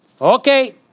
Okay